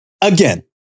again